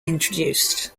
introduced